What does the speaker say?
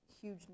huge